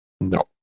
no